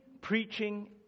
preaching